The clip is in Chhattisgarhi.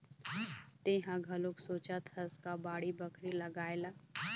तेंहा घलोक सोचत हस का बाड़ी बखरी लगाए ला?